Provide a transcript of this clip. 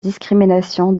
discrimination